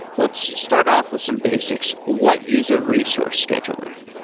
let's start off with some basics. what is a resource scheduler?